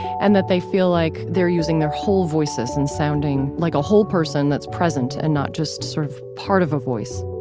and that they feel like they're using their whole voices and sounding like a whole person that's present and not just sort of part of a voice